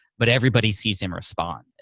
but everybody sees him respond.